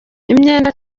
imyenda